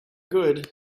good